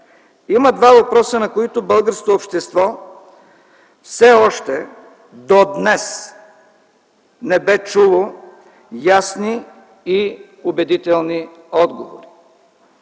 Има два въпроса, на които българското общество все още до днес не бе чуло ясни и убедителни отговори.